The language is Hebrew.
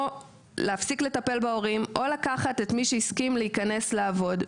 או להפסיק לטפל בהורים או לקחת את מי שהסכים להיכנס לעבוד.